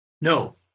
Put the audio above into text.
No